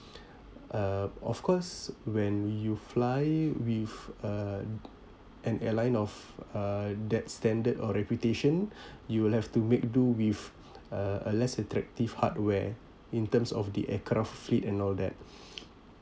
uh of course when you fly with uh an airline of uh that standard or reputation you will have to make do with uh a less attractive hardware in terms of the aircraft fleet and all that